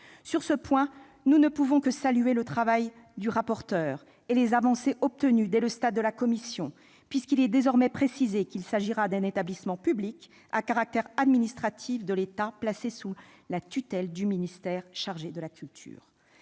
Sur ce point, nous ne pouvons que saluer le travail du rapporteur et les avancées obtenues dès le stade de la commission, puisqu'il est désormais précisé qu'il s'agira d'un établissement public à caractère administratif- EPA -de l'État placé sous la tutelle du ministère chargé de la culture.